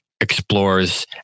explores